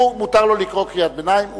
הוא, מותר לו לקרוא קריאת ביניים.